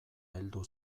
heldu